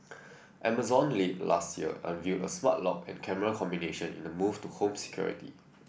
Amazon late last year unveiled a smart lock and camera combination in a move into home security